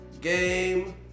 game